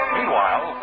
Meanwhile